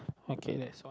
okay that's all